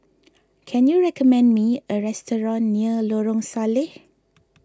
can you recommend me a restaurant near Lorong Salleh